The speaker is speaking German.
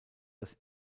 das